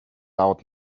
out